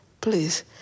please